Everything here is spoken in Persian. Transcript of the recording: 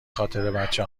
خاطربچه